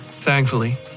Thankfully